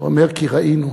אמר: כי ראינו,